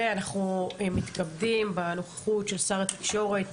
ואנחנו מתכבדים בנוכחות של שר התקשורת,